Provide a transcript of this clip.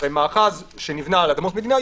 ומאחר שנבנה על אדמות מדינה,